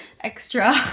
extra